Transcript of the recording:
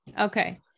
Okay